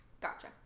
Gotcha